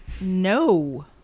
no